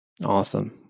Awesome